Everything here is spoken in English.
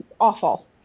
awful